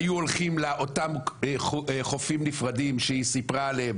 היו הולכים לאותם חופים נפרדים שהיא סיפרה עליהם,